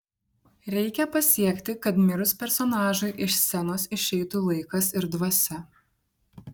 reikia pasiekti kad mirus personažui iš scenos išeitų laikas ir dvasia